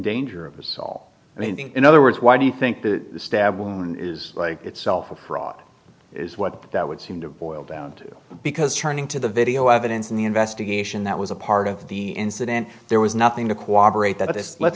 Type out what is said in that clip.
danger of assault and in other words why do you think the stab wound is like it's well fraud is what that would seem to boil down to because turning to the video evidence and the investigation that was a part of the incident there was nothing to cooperate that this let's